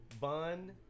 bun